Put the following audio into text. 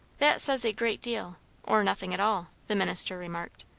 that says a great deal or nothing at all, the minister remarked.